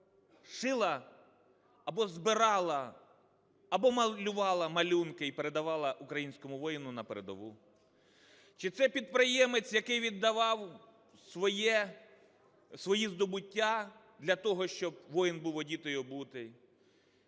шила або збирала, або малювала малюнки і передавала українському воїну на передову, чи це підприємець, який віддавав свої здобуття для того, щоб воїн був одітий